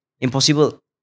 impossible